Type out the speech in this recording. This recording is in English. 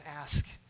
ask